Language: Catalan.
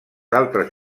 altres